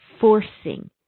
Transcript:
forcing